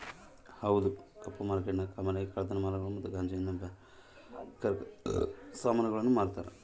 ಕಪ್ಪು ಮಾರ್ಕೆಟ್ನಾಗ ಕಾಮನ್ ಆಗಿ ಕಳ್ಳತನ ಮಾಲುಗುಳು ಮತ್ತೆ ಗಾಂಜಾ ಇನ್ನ ಬ್ಯಾರೆ ಹಾನಿಕಾರಕ ಸಾಮಾನುಗುಳ್ನ ಮಾರ್ತಾರ